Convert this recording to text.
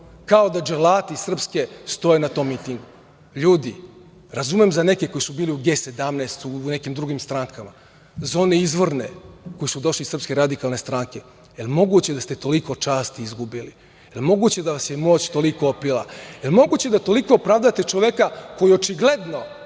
-kao da dželati Srpske stoje na tom mitingu. Ljudi, razumem za neke koji su bili u G17, u nekim drugim strankama, za one izvorne koji su došli iz Srpske radikalne stranke, da li je moguće da ste toliko časti izgubili? Da li je moguće da vas je moć toliko opila? Da li je moguće da toliko pravdate čoveka koji očigledno,